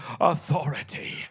authority